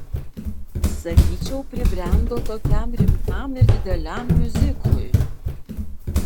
sakyčiau pribrendo tokiam rimtam ir dideliam miuziklui